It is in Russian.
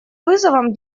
вызовом